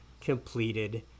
completed